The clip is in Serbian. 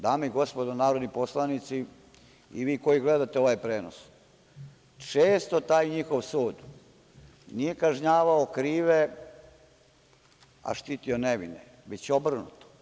Dame i gospodo narodni poslanici i vi koji gledate ovaj prenos, često taj njihov sud nije kažnjavao krive, a štitio nevine, već obrnuto.